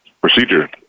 procedure